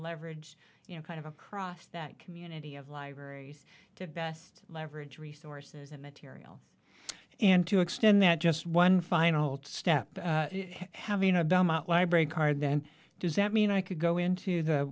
leverage you know kind of across that community of libraries to best leverage resources and material and to extend that just one final step having a library card then does that mean i could go into the